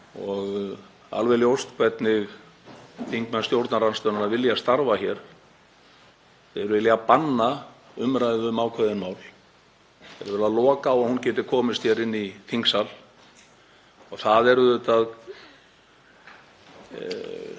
og alveg ljóst hvernig þingmenn stjórnarandstöðunnar vilja starfa hér. Þeir vilja banna umræðu um ákveðin mál. Þeir vilja loka á að þau geti komist hér inn í þingsal. Það er, að